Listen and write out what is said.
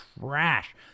trash